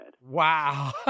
Wow